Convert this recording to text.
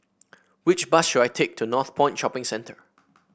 which bus should I take to Northpoint Shopping Centre